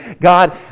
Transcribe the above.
God